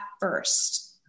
first